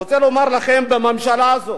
אני רוצה לומר לכם, בממשלה הזאת,